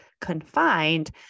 confined